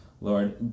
Lord